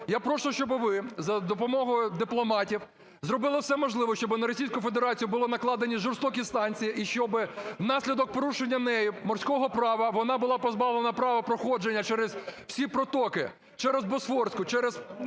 Я прошу, щоб ви за допомогою дипломатів зробили все можливе, щоб на Російську Федерацію було накладені жорстокі санкції і щоб внаслідок порушення неї морського права вона була позбавлена права проходження через всі протоки, через Босфорську, через